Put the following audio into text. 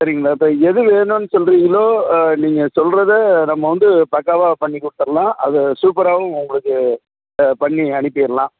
சரிங்களா இப்போ எது வேணும்னு சொல்கிறீங்களோ நீங்கள் சொல்கிறத நம்ம வந்து பக்காவாக பண்ணிக் கொடுத்தர்லாம் அதை சூப்பராகவும் உங்களுக்கு பண்ணி அனுப்பிடலாம்